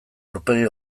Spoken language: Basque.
aurpegi